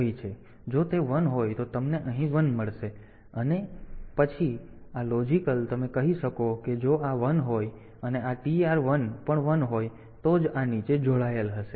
તેથી જો તે 1 હોય તો તમને અહીં 1 મળશે અને પછી આ લોજિકલ તમે કહી શકો કે જો આ 1 હોય અને આ TR 1 પણ 1 હોય તો જ આ નીચે જોડાયેલ હશે